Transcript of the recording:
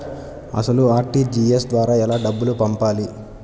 అసలు అర్.టీ.జీ.ఎస్ ద్వారా ఎలా డబ్బులు పంపాలి?